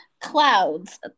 Clouds